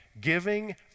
giving